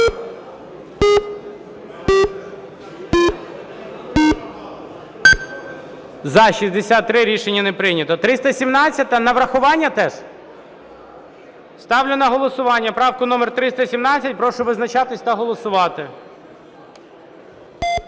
За-63 Рішення не прийнято. 317-а на врахування теж? Ставлю на голосування правку номер 317. Прошу визначатись та голосувати.